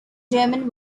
german